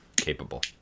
capable